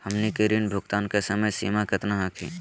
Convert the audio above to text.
हमनी के ऋण भुगतान के समय सीमा केतना हखिन?